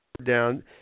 down